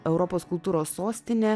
europos kultūros sostinė